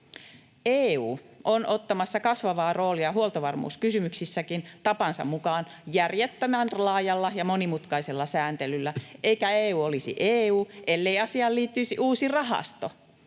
EU on ottamassa kasvavaa roolia huoltovarmuuskysymyksissäkin tapansa mukaan järjettömän laajalla ja monimutkaisella sääntelyllä. Eikä EU olisi EU, ellei asiaan liittyisi uusi rahasto: